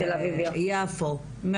יפו,